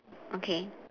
okay